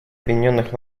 объединенных